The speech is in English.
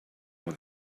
with